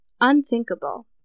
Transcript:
unthinkable